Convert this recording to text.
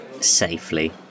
Safely